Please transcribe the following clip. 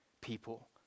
people